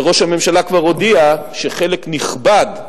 וראש הממשלה כבר הודיע שחלק נכבד,